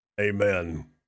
Amen